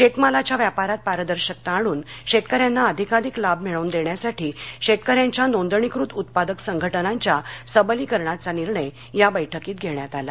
शेत मालाच्या व्यापारात पारदर्शकता आणून शेतकऱ्यांना अधिकाधिक लाभ मिळवून देण्यासाठी शेतकऱ्यांच्या नोंदणीकृत उत्पादक संघटनांच्या सबलीकरणचा निर्णय या बैठकीत घेण्यात आला